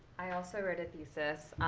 i also wrote a thesis.